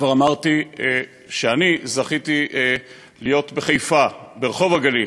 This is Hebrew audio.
כבר אמרתי שאני זכיתי להיות בחיפה ברחוב הגליל